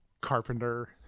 carpenter